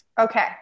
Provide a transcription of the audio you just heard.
okay